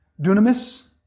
dunamis